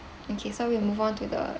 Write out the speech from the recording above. okay so we move on to the